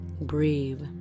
breathe